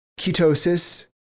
ketosis